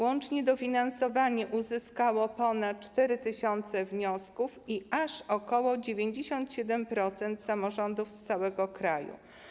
Łącznie dofinansowanie uzyskało ponad 4 tys. wniosków i aż ok. 97% samorządów z całego kraju.